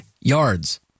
yards